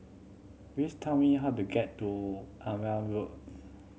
please tell me how to get to Marne Road